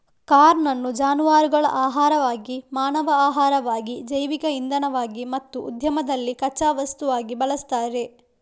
corn ಅನ್ನು ಜಾನುವಾರುಗಳ ಆಹಾರವಾಗಿ, ಮಾನವ ಆಹಾರವಾಗಿ, ಜೈವಿಕ ಇಂಧನವಾಗಿ ಮತ್ತು ಉದ್ಯಮದಲ್ಲಿ ಕಚ್ಚಾ ವಸ್ತುವಾಗಿ ಬಳಸ್ತಾರೆ